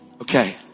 Okay